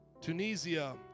Tunisia